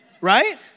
Right